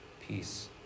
peace